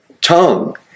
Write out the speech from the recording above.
tongue